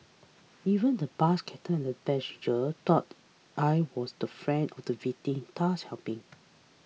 even the bus captain and a passenger thought I was the friend of the victim thus helping